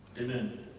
Amen